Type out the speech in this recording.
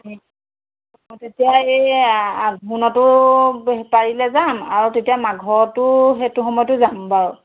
তেতিয়া এই আঘোণতো পাৰিলে যাম আৰু তেতিয়া মাঘতো সেইটো সময়তো যাম বাৰু